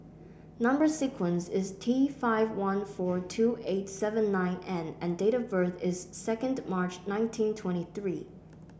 number sequence is T five one four two eight seven nine N and date of birth is second March nineteen twenty three